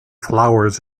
flowers